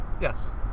Yes